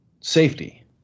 safety